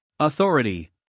authority